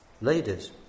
ladies